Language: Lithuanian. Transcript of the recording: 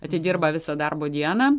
atidirba visą darbo dieną